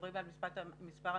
כשמדברים על מספר המיטות,